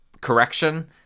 correction